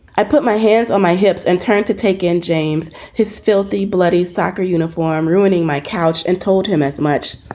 i put my hands on my hips and turned to take in james, his filthy, bloody soccer uniform, ruining my couch and told him as much.